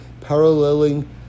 paralleling